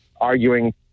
arguing